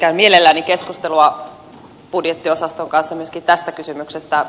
käyn mielelläni keskustelua budjettiosaston kanssa myöskin tästä kysymyksestä